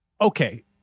Okay